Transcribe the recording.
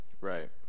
right